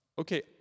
okay